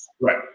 Right